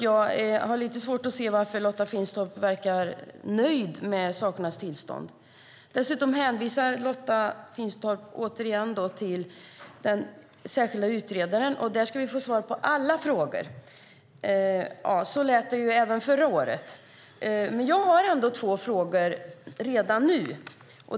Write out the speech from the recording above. Jag har lite svårt att se varför Lotta Finstorp verkar nöjd med sakernas tillstånd. Dessutom hänvisar Lotta Finstorp återigen till den särskilda utredaren. Där ska vi få svar på alla frågor. Så lät det även förra året. Jag har ändå två frågor redan nu.